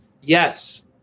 Yes